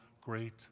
great